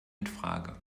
infrage